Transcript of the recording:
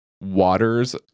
waters